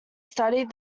studied